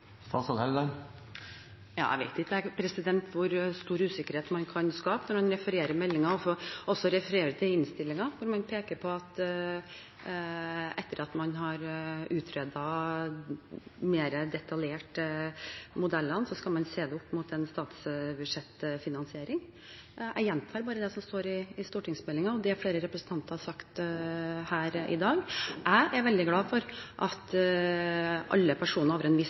vet ikke hvor stor usikkerhet man kan skape når man refererer meldingen, og også refererer til innstillingen, og peker på at etter at man har utredet modellene mer detaljert, skal man se det opp mot statsbudsjettfinansiering. Jeg gjentar bare det som står i stortingsmeldingen, og det som flere representanter har sagt her i dag. Jeg er veldig glad for at alle personer over en viss